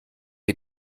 wir